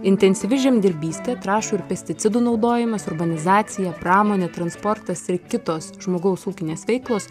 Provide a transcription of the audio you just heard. intensyvi žemdirbystė trąšų ir pesticidų naudojimas urbanizacija pramonė transportas ir kitos žmogaus ūkinės veiklos